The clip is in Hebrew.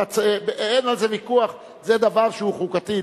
אין על זה ויכוח, זה דבר שהוא חוקתי.